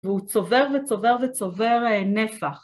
והוא צובר וצובר וצובר נפח.